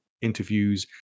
interviews